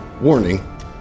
Warning